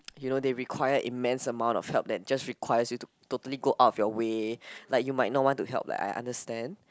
you know they require immense of help that just requires you to totally go out of your way like you might not want to help like I understand